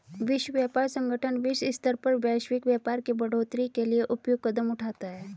विश्व व्यापार संगठन विश्व स्तर पर वैश्विक व्यापार के बढ़ोतरी के लिए उपयुक्त कदम उठाता है